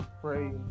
pray